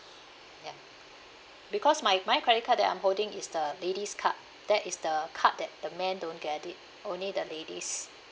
ya because my my credit card that I'm holding is the ladies card that is the card that a man don't get it only the ladies